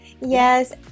Yes